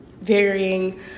varying